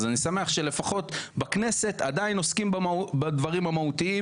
אז אני שמח שלפחות בכנסת עדיין עוסקים בדברים המהותיים